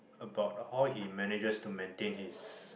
about how he manages to maintain his